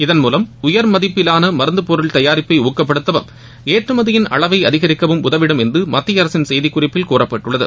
இதன் மூலம் உயர் மதிப்பிலான மருநது பொருள் தயாரிப்பை ஊக்கப்படுத்தவும் ஏற்றுமதியின் அளவை அதிகரிக்கவும் உதவிடும் என்று மத்திய அரசின் செய்தி குறிப்பில் கூறப்பட்டுள்ளது